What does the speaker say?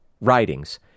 writings